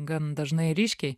gan dažnai ir ryškiai